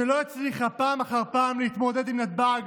שלא הצליחה פעם אחר פעם להתמודד עם נתב"ג,